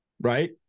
Right